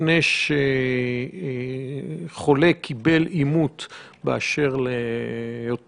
יש אנשים שנכנסים ל-13 ימים,